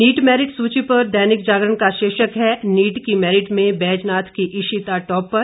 NEET merit सुची पर दैनिक जागरण का शीर्षक है नीट की मैरिट में बैजनाथ की इशिता टॉपर